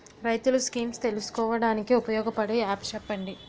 రైతులు స్కీమ్స్ తెలుసుకోవడానికి ఉపయోగపడే యాప్స్ చెప్పండి?